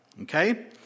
Okay